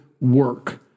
work